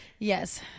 Yes